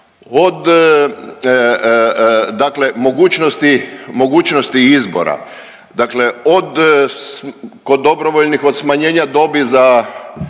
od mogućnosti izbora, dakle od kod dobrovoljnih od smanjenja dobi za